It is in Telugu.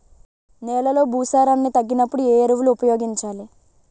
నెలలో భూసారాన్ని తగ్గినప్పుడు, ఏ ఎరువులు ఉపయోగించాలి?